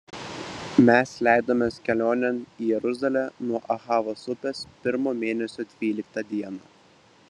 mes leidomės kelionėn į jeruzalę nuo ahavos upės pirmo mėnesio dvyliktą dieną